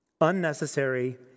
unnecessary